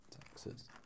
taxes